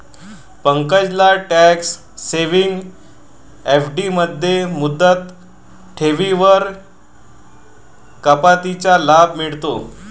पंकजला tax saving FD मध्ये मुदत ठेवींवरील कपातीचा लाभ मिळतो